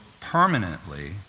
permanently